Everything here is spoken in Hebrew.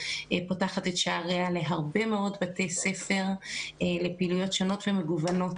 היא פותחת את שעריה להרבה מאוד בתי ספר לפעילויות שונות ומגוונות,